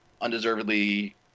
undeservedly